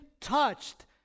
touched